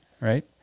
right